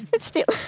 but still.